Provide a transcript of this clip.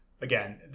again